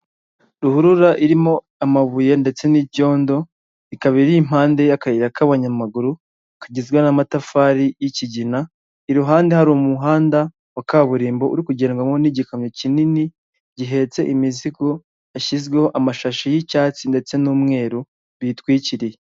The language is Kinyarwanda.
Ruhurura irimo amabuye ndetse n'icyondo, ikaba iri impande y'akayira k'abanyamaguru kagizwe n'amatafari y'ikigina, iruhande hari umuhanda wa kaburimbo uri kugendwamo n'igikamyo kinini gihetse imizigo yashyizweho amashashi y'icyatsi ndetse n'umweru biyitwikiriye.